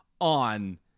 on